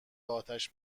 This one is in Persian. آتش